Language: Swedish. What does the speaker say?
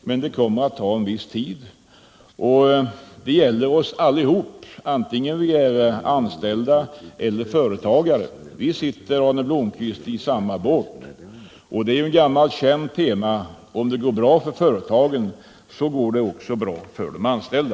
Men det kommer att ta en viss tid, och det gäller oss allihop, vare sig vi är anställda eller företagare. Vi sitter, Arne Blomkvist, i samma båt. Och det är ett gammalt känt tema, att om det går bra för företagen går det också bra för de anställda.